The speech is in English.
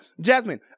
jasmine